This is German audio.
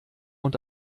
und